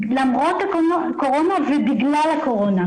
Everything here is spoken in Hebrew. למרות הקורונה ובגלל הקורונה.